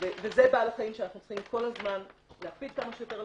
וזה בעל החיים שאנחנו צריכים כל הזמן להקפיד כמה שיותר על